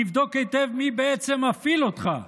תבדוק היטב מי בעצם מפעיל אותך,